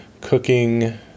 Cooking